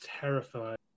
terrified